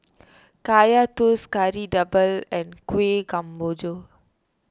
Kaya Toast Kari Debal and Kuih Kemboja